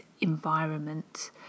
environment